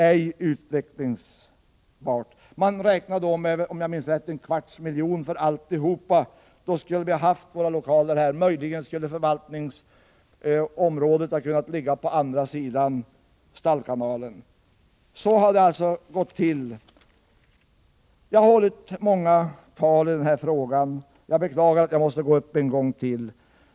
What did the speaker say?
Kostnaden beräknades då till cirka en kvarts miljon för hela byggnationen, och därmed skulle vi ha haft våra lokaler här, förutom att förvaltningskontoret möjligen hade kunnat ligga på andra sidan Stallkanalen. Så har det alltså gått till. Jag har hållit många tal i denna fråga, och jag beklagar att jag måste gå upp en gång till.